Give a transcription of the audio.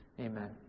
Amen